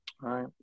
right